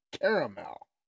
caramel